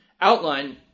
outline